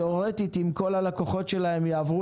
תיאורטית אם כל הלקוחות שלהן יעברו